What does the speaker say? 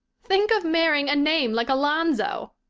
think of marrying a name like alonzo!